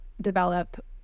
develop